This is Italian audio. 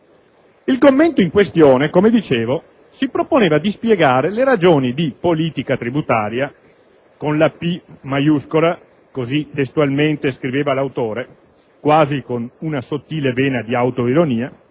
II commento in questione , come dicevo, si proponeva di spiegare le ragioni di «Politica tributaria (con la "P" maiuscola)», così testualmente scriveva l'autore, quasi con una sottile vena di autoironia,